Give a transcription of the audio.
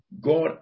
God